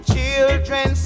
Children